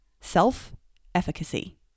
self-efficacy